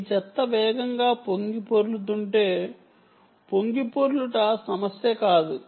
మీ చెత్త వేగంగా పొంగిపొర్లుతుంటే పొంగిపొర్లుట సమస్య కాదు